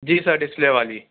جی sir display والی